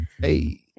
Hey